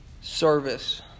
Service